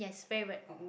favourite